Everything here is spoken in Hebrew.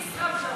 ישראבלוף.